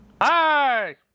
Hi